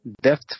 depth